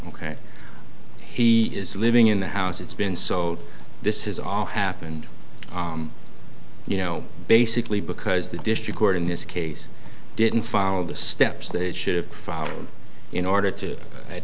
ok he is living in the house it's been so this has all happened you know basically because the district court in this case didn't follow the steps they should have followed in order to at